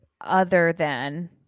other-than